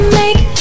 make